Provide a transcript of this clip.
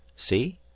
see?